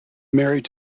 married